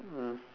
mm